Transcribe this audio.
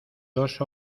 dos